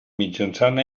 mitjançant